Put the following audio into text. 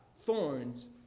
thorns